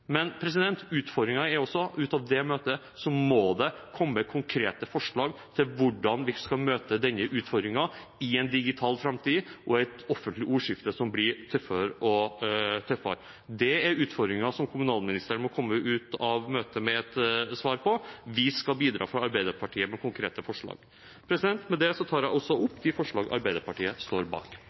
er at ut av det møtet må det komme konkrete forslag til hvordan vi skal møte denne utfordringen i en digital framtid og i et offentlig ordskifte som blir tøffere og tøffere. Det er utfordringer som kommunalministeren må komme ut av møtet med et svar på. Vi fra Arbeiderpartiet skal bidra med konkrete forslag. Med det tar jeg opp de forslagene Arbeiderpartiet står bak.